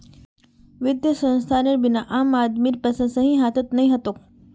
वित्तीय संस्थानेर बिना आम आदमीर पैसा सही हाथत नइ ह तोक